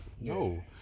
no